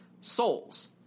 souls